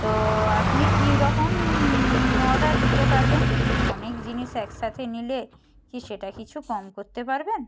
তো আপনি কীরকম অর্ডার দিতে পারবেন অনেক জিনিস একসাথে নিলে কি সেটা কিছু কম করতে পারবেন